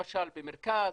למשל במרכז,